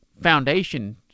foundation